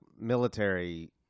military